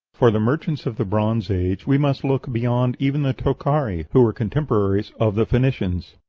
for the merchants of the bronze age we must look beyond even the tokhari, who were contemporaries of the phoenicians.